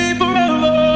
forever